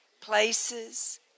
places